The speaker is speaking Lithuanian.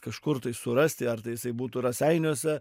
kažkur tai surasti ar tai jisai būtų raseiniuose